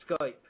Skype